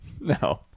No